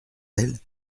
ailes